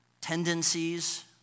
tendencies